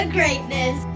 greatness